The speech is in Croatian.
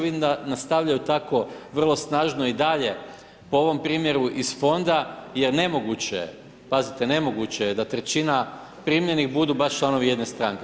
Vidim da nastavljaju tako vrlo snažno i dalje po ovom primjeru iz fonda, jer nemoguće, pazite, nemoguće je da trećina primljenih budu baš članovi jedne stranke.